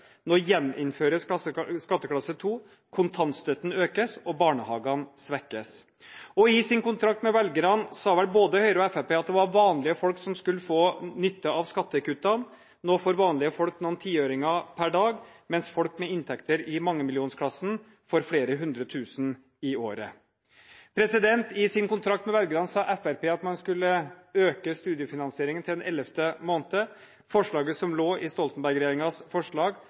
Nå gjeninnføres skatteklasse 2, kontantstøtten økes, og barnehagene svekkes. I sin kontrakt med velgerne sa vel både Høyre og Fremskrittspartiet at det var vanlige folk som skulle få nytte av skattekuttene. Nå får vanlige folk noen tiøringer per dag, mens folk med inntekter i mangemillionklassen får flere hundre tusen i året. I sin kontrakt med velgerne sa Fremskrittspartiet at man skulle øke studiefinansieringen til en ellevte måned. Det som lå i Stoltenberg-regjeringens forslag,